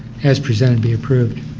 as presented, be approved.